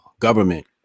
government